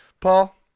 Paul